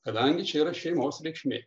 kadangi čia yra šeimos reikšmė